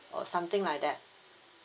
or something like that